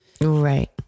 Right